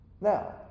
Now